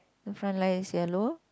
the front light is yellow